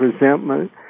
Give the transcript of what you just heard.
resentment